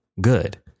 good